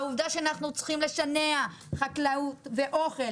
העובדה שאנחנו צריכים לשנע חקלאות ואוכל